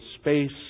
space